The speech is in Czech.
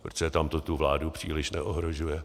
Protože tam to tu vládu příliš neohrožuje.